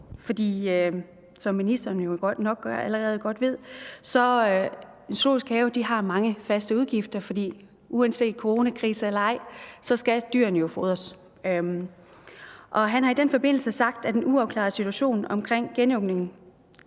For som ministeren jo nok allerede godt ved, har zoologiske haver mange faste udgifter, for uanset coronakrise eller ej skal dyrene jo fodres, og han har i den forbindelse sagt, at en uafklaret situation omkring genåbningen